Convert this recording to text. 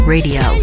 Radio